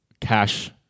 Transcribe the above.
Cash